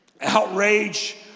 outrage